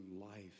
life